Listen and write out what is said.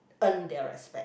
earn their respect